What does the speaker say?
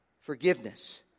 Forgiveness